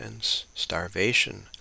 starvation